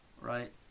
right